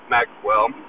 Maxwell